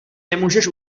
nemůžeš